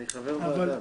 אני חבר ועדה.